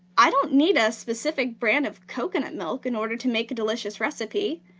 i don't need a specific brand of coconut milk in order to make a delicious recipe.